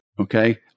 Okay